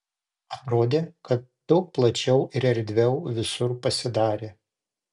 atrodė kad daug plačiau ir erdviau visur pasidarė